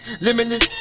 limitless